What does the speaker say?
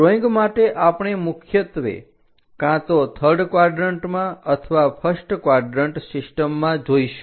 drawing માટે આપણે મુખ્યત્વે કાં તો થર્ડ ક્વાડરન્ટમાં અથવા ફર્સ્ટ ક્વાડરન્ટ સિસ્ટમમાં જોઈશું